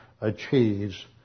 achieves